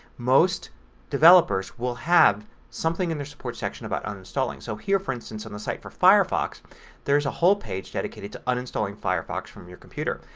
most developers will have something in their support section about uninstalling. so here, for instance, in the site for firefox there's a whole page dedicated to uninstalling firefox from your computer.